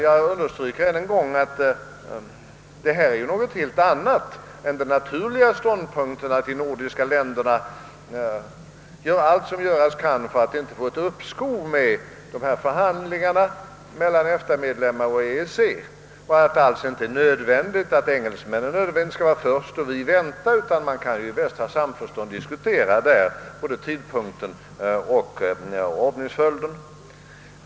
Jag understryker än en gång att detta är något helt annat än den naturliga ståndpunkten, att de nordiska länderna gör allt vad som kan göras för att det inte skall bli ett uppskov i förhandlingarna mellan EFTA-medlemmar och EEC. Det är inte alls nödvändigt att engelsmännen skall vara först och att vi bör vänta på ett initiativ från dem. Man kan naturligtvis i bästa samförstånd diskutera både tidpunkten och ordningsföljden.